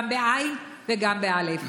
גם בעי"ן וגם באל"ף.